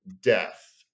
death